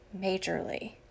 majorly